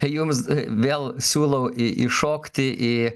jums vėl siūlau į įšokti į